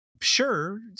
sure